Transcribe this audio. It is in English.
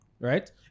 right